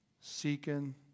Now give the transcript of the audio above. seeking